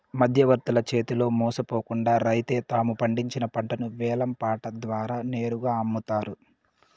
మధ్యవర్తుల చేతిలో మోసపోకుండా రైతులే తాము పండించిన పంటను వేలం పాట ద్వారా నేరుగా అమ్ముతారు